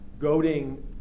goading